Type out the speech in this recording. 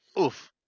oof